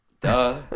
Duh